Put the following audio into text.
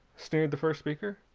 sneered the first speaker.